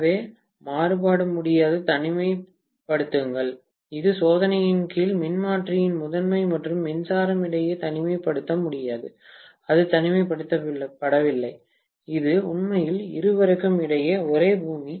எனவே மாறுபாடு முடியாது தனிமைப்படுத்துங்கள் இது சோதனையின் கீழ் மின்மாற்றியின் முதன்மை மற்றும் மின்சாரம் இடையே தனிமைப்படுத்த முடியாது அது தனிமைப்படுத்தப்படவில்லை இது உண்மையில் இருவருக்கும் இடையில் ஒரே பூமி